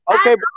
Okay